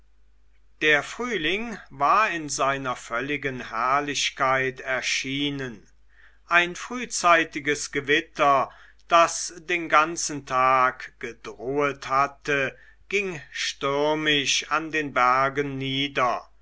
der frühling war in seiner völligen herrlichkeit erschienen ein frühzeitiges gewitter das den ganzen tag gedrohet hatte ging stürmisch an den bergen nieder